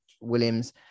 williams